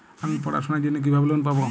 আমি পড়াশোনার জন্য কিভাবে লোন পাব?